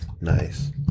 Nice